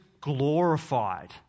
glorified